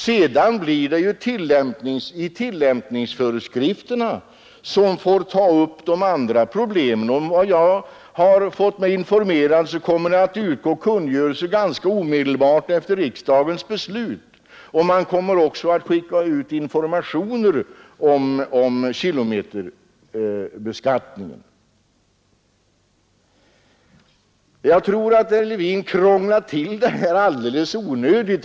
Sedan blir det i tillämpningsföreskrifterna som de andra problemen får tas upp. Enligt vad jag har fått mig meddelat kommer det att utgå kungörelse ganska omedelbart efter riksdagens beslut, och man kommer också att skicka ut information om kilometerbeskattningen. Jag tror att herr Levin krånglar till det här alldeles onödigt.